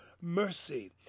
mercy